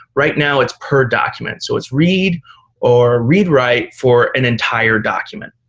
right now, it's per document. so it's read or read-write for an entire document.